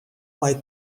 moaie